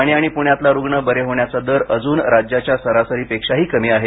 ठाणे आणि पुण्यातला रुग्ण बरे होण्याचा दर अजून राज्याच्या सरासरीपेक्षाही कमी आहे